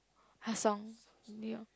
her songs New-York